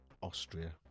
Austria